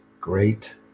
great